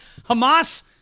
Hamas